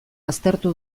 aztertu